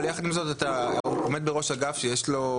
אבל יחד עם זאת אתה עומד בראש אגף שמחייב,